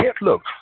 look